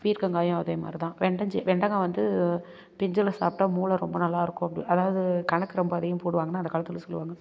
பீர்க்கங்காயும் அதே மாரி தான் வெண்டஞ்சு வெண்டக்காய் வந்து பிஞ்சில் சாப்பிட்டா மூளை ரொம்ப நல்லா இருக்கும் அப்படி அதாவது கணக்கு ரொம்ப அதிகம் போடுவாங்கன்னா அந்த காலத்தில் சொல்லுவாங்க